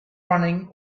running